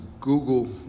Google